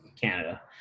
Canada